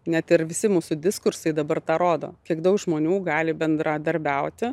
net ir visi mūsų diskursai dabar tą rodo kiek daug žmonių gali bendradarbiauti